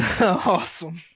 Awesome